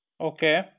Okay